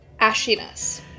ashiness